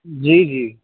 जी जी